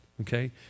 okay